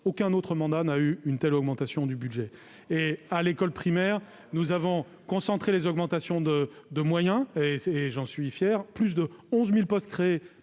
Aucun autre mandat n'a donné lieu à une telle augmentation ! À l'école primaire, où nous avons concentré les augmentations de moyens- et j'en suis fier -, plus de 11 000 postes ont